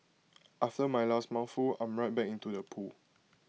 after my last mouthful I'm right back into the pool